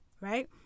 right